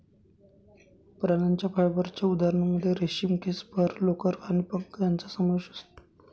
प्राण्यांच्या फायबरच्या उदाहरणांमध्ये रेशीम, केस, फर, लोकर आणि पंख यांचा समावेश होतो